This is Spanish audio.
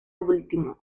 último